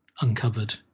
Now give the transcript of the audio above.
uncovered